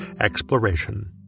exploration